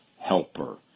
Helper